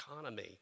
economy